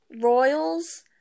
Royals